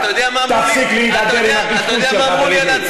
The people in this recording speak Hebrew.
אתה יודע מה אמרו לי?